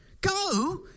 Go